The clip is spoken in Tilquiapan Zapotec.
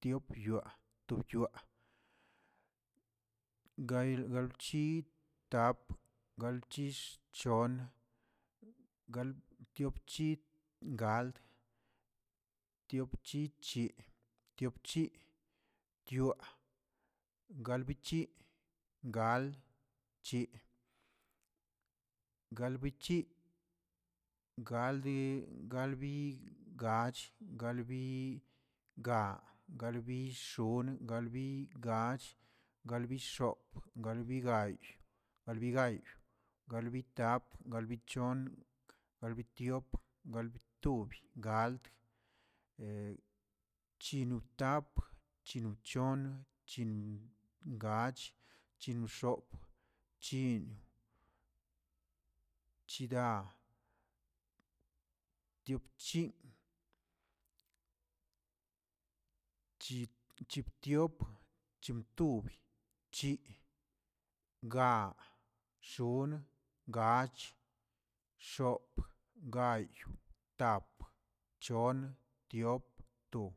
tiopyoa, tobyoaꞌ, gay galbchi, tap galchi, chon galbtiopchi, galtiopchichi, tiobchi, galbichi, galdchi, galbichi, galbi- galbi gach, galbi gaa, galbi xonꞌ, galbi gach, galbi xop, galbigayꞌ-galbigayꞌ, galbitap, galbichon, galbitiop, galbitubi, gald, chinotap, chinochon, chingach, chinxop, chinꞌ, chida, tiopchi, chi- chibtiop, chinꞌtubi, chiꞌ, gaa, xonꞌ, gach, xop, gayꞌ, tap, chon, tiop, tub.